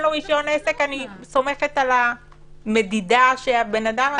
לו רישיון עסק אני סומכת על המדידה שהבן אדם עשה.